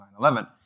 9-11